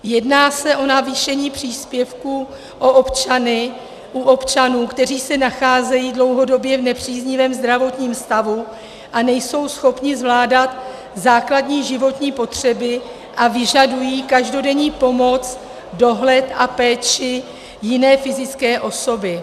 Jedná se o navýšení příspěvku u občanů, kteří se nacházejí dlouhodobě v nepříznivém zdravotním stavu a nejsou schopni zvládat základní životní potřeby a vyžadují každodenní pomoc, dohled a péči jiné fyzické osoby.